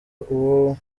uwo